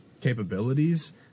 capabilities